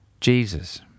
Jesus